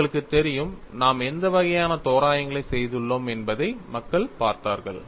உங்களுக்குத் தெரியும் நாம் எந்த வகையான தோராயங்களைச் செய்துள்ளோம் என்பதை மக்கள் பார்த்தார்கள்